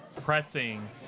pressing